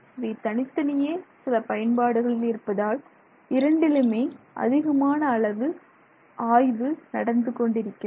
இவை தனித்தனியே சில பயன்பாடுகளில் இருப்பதால் இரண்டிலுமே அதிகமான அளவு ஆய்வு நடந்து கொண்டிருக்கிறது